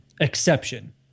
exception